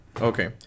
Okay